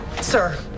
Sir